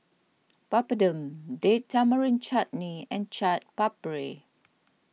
Papadum Date Tamarind Chutney and Chaat Papri